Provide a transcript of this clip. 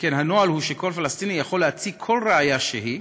שכן הנוהל הוא שכל פלסטיני יכול להציג כל ראיה שהיא.